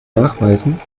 nachweisen